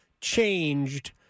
changed